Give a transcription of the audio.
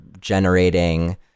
generating